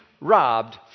robbed